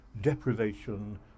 deprivation